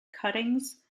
cuttings